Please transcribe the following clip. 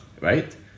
right